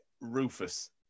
Rufus